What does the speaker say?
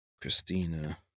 Christina